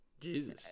Jesus